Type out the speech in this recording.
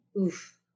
Oof